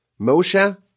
Moshe